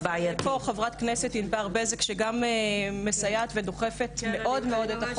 אבל נמצאת פה חברת הכנסת ענבר בזק שגם מסייעת ודוחפת מאוד-מאוד את החוק.